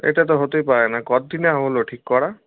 এটা তো হতেই পারে না কতদিন আর হলো ঠিক করা